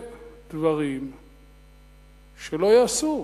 ועושה דברים שלא ייעשו?